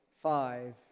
five